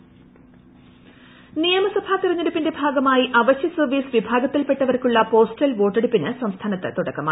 postal vote നിയമസഭാ തെരഞ്ഞെടുപ്പിന്റെ ഭാഗമായി അവശ്യ സർവീസ് വിഭാഗത്തിൽപ്പെട്ടവർക്കുള്ള പോസ്റ്റൽ വോട്ടെടുപ്പിന് സംസ്ഥാനത്ത് ് തുടക്കമായി